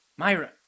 Myra